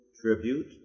tribute